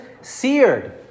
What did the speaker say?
seared